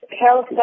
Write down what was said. health